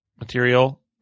material